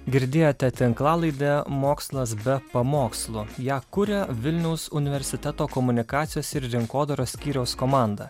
girdėjote tinklalaidę mokslas be pamokslų ją kuria vilniaus universiteto komunikacijos ir rinkodaros skyriaus komanda